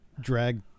drag